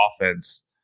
offense